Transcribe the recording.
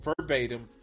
verbatim